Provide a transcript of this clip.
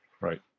Right